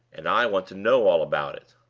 and i want to know all about it.